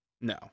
no